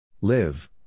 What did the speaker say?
Live